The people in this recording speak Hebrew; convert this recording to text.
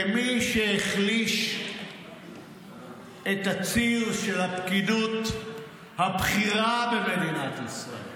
כמי שהחליש את הציר של הפקידות הבכירה במדינת ישראל,